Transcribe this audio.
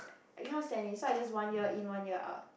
I cannot stand it so I just one ear in one ear out